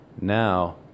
Now